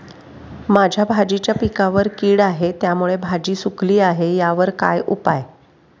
माझ्या भाजीच्या पिकावर कीड आहे त्यामुळे भाजी सुकली आहे यावर काय उपाय?